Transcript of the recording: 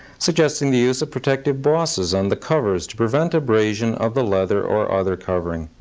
suggesting the use of protective bosses on the covers to prevent abrasion of the leather or other covering.